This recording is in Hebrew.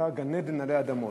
שהייתה גן-עדן עלי אדמות,